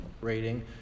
rating